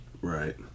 Right